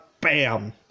bam